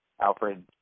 Alfred